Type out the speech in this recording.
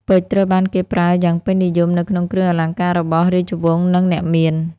ពេជ្រត្រូវបានគេប្រើយ៉ាងពេញនិយមនៅក្នុងគ្រឿងអលង្ការរបស់ រាជវង្ស និង អ្នកមាន។